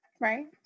Right